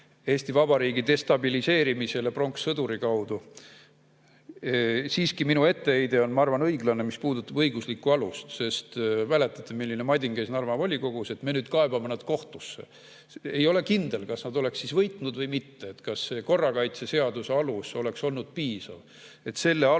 Eesti Vabariigi destabiliseerimisele pronkssõduri abil. Siiski, minu etteheide, ja ma arvan, et õiglane, puudutab õiguslikku alust. Sest mäletate, milline madin käis Narva volikogus, et me nüüd kaebame nad kohtusse. Ei ole kindel, kas nad oleksid võitnud või mitte, kas korrakaitseseaduse alus oleks olnud piisav. Selle aluse